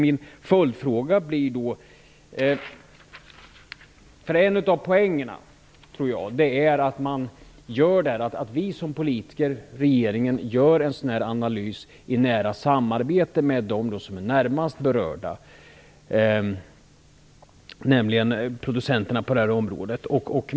En av poängerna är att vi som politiker, regeringen, gör en sådan analys i nära samarbete med dem som är närmast berörda, nämligen producenterna på detta område.